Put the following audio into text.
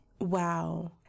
Wow